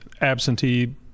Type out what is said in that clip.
absentee